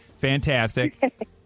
fantastic